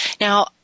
Now